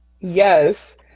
Yes